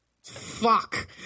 fuck